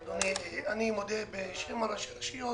אני מדבר בשם ראשי הרשויות.